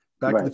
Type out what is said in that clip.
Back